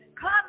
Come